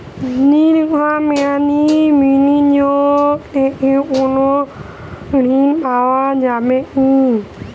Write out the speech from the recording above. দীর্ঘ মেয়াদি বিনিয়োগ থেকে কোনো ঋন পাওয়া যাবে কী?